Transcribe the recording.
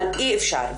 אבל אי-אפשר.